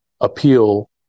appeal